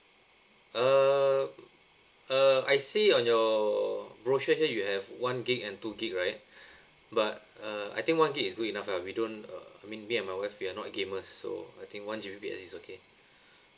uh uh I see on your brochure here you have one gig and two gig right but uh I think one gig is good enough ah we don't uh I mean me and my wife we are not gamers so I think one G_B is okay